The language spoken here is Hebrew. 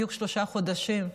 בדיוק שלושה חודשים,